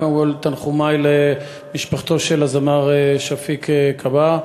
קודם כול, תנחומי למשפחתו של הזמר שפיק כבהא.